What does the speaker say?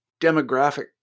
demographic